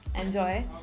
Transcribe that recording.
enjoy